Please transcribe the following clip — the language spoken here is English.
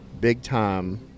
big-time